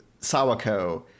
Sawako